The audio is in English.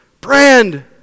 Brand